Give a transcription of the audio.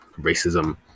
racism